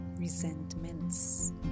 resentments